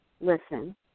listen